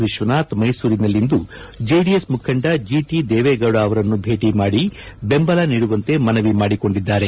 ವಿಶ್ವನಾಥ್ ಮೈಸೂರಿನಲ್ಲಿಂದು ಜೆಡಿಎಸ್ ಮುಖಂಡ ಜೆಟಿ ದೇವೇಗೌಡ ಅವರನ್ನು ಭೇಟಿ ಮಾಡಿ ಬೆಂಬಲ ನೀಡುವಂತೆ ಮನವಿ ಮಾಡಿಕೊಂಡಿದ್ದಾರೆ